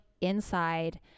inside